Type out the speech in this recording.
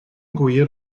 gwir